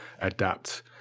adapt